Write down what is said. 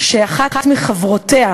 שאחת מחברותיה,